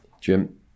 Jim